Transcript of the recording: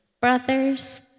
Brothers